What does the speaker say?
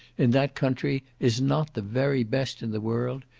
in that country is not the very best in the world,